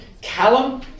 Callum